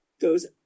goes